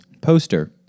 Poster